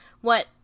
What-